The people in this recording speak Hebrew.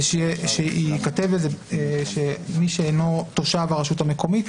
שייכתב שמי שאינו תושב הרשות המקומית,